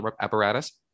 apparatus